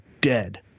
dead